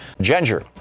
Ginger